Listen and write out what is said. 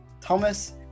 Thomas